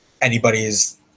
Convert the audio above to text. anybody's